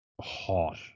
hot